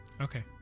Okay